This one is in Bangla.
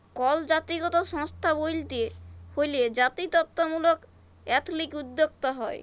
কল জাতিগত সংস্থা ব্যইলতে হ্যলে জাতিত্ত্বমূলক এথলিক উদ্যোক্তা হ্যয়